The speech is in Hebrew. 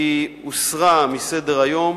והיא הוסרה מסדר-היום.